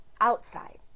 outside